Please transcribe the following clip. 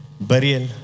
burial